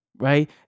Right